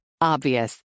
Obvious